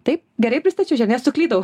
taip gerai pristačiau nesuklydau